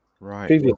Right